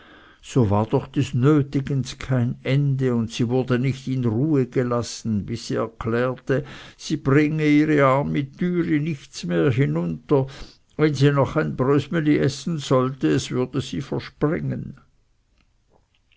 so war doch des nötigens kein ende und sie wurde nicht in ruhe gelassen bis sie erklärte sie bringe ihre armi türi nichts mehr hinunter wenn sie noch ein brösmeli essen sollte es würde sie versprengen